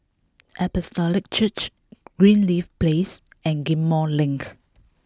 Apostolic Church Greenleaf Place and Ghim Moh Link